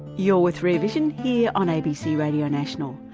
you're with rear vision here on abc radio national.